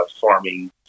farming